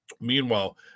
Meanwhile